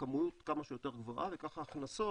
כמות כמה שיותר גבוהה וככה ההכנסות,